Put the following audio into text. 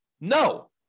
No